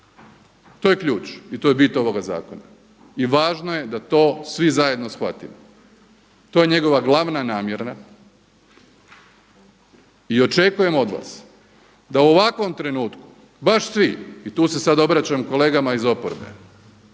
To je ključ i to je bit ovoga zakona i važno je da to svi zajedno shvatimo. To je njegova glavna namjera. I očekujem od vas da u ovakvom trenutku baš svi, i tu se sada obraćam kolegama iz oporbe,